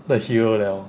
的 heroes 了